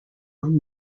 were